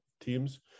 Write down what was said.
teams